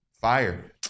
fire